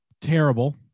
terrible